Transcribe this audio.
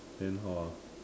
then how ah